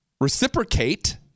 reciprocate